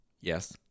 Yes